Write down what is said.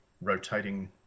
rotating